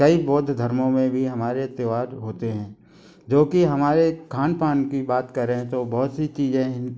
कई बौद्ध धर्मों में भी हमारे त्योहार होते हैं जो कि हमारे खानपान की बात करें तो बहुत सी चीजें